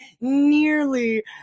nearly